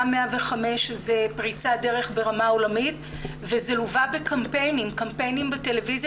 גם 105 מהווה פריצת דרך ברמה עולמית וזה לווה בקמפיינים בטלוויזיה,